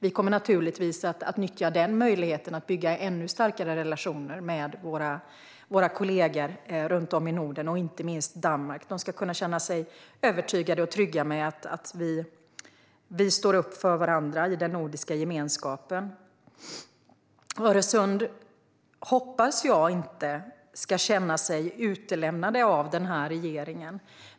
Vi kommer naturligtvis att nyttja den möjligheten att bygga ännu starkare relationer med våra kollegor runt om i Norden, inte minst Danmark. De ska kunna känna sig övertygade om och trygga med att vi står upp för varandra i den nordiska gemenskapen. Jag hoppas inte att Öresund ska känna sig utelämnat av denna regering.